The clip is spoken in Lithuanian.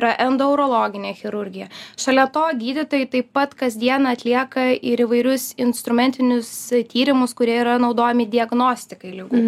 yra endourologinė chirurgija šalia to gydytojai taip pat kas dieną atlieka ir įvairius instrumentinius tyrimus kurie yra naudojami diagnostikai ligų